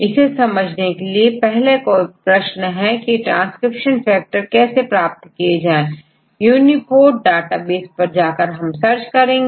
इसे समझने के लिए पहला प्रश्न की ट्रांसक्रिप्शन फैक्टर कैसे प्राप्त किए जाएंUniProt डाटाबेस पर जाकर सर्च करेंगे